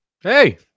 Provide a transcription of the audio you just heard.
Hey